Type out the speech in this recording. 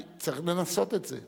צריך לנסות את זה.